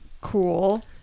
cool